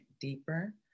deeper